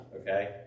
okay